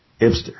Hipster